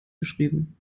geschrieben